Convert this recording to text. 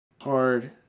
hard